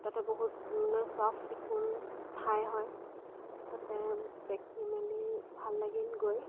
তাতে বহুত মানে চাফ চিকুণ ঠাই হয় তাতে দেখি মেলি ভাল লাগিল গৈ